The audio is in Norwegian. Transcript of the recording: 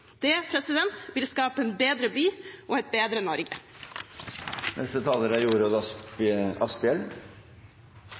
Det vil skape en bedre by og et bedre Norge. Når vi nå har tatt fatt på en ny stortingsperiode, er